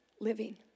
living